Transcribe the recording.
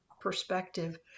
perspective